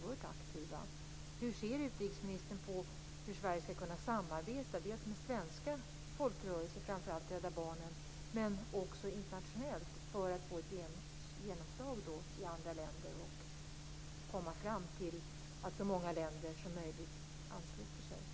Min andra fråga är: Hur ser utrikesministern på hur Sverige skall kunna samarbeta dels med svenska folkrörelser, framför allt Rädda Barnen, dels internationellt för att få genomslag i andra länder och komma fram till ett skede där så många länder som möjligt ansluter sig?